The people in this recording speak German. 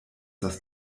das